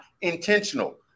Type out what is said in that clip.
intentional